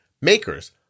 Makers